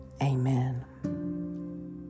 Amen